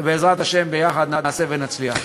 ובעזרת השם יחד נעשה ונצליח.